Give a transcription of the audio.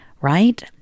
Right